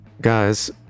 guys